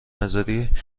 نذاری